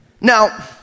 Now